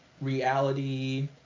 reality